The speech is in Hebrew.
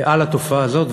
על התופעה הזאת.